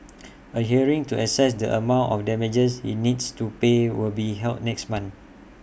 A hearing to assess the amount of damages he needs to pay will be held next month